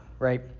right